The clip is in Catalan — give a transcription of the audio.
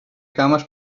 cames